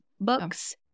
books